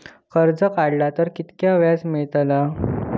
कर्ज काडला तर कीतक्या व्याज मेळतला?